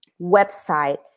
website